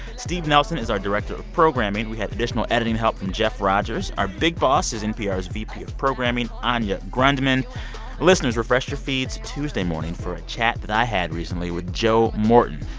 steve nelson is our director of programming. we had additional editing help from jeff rogers. our big boss is npr's vp of programming, anya grundmann listeners, refresh your feeds tuesday morning for a chat that i had recently with joe morton.